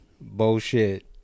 bullshit